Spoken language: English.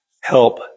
help